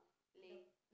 Lay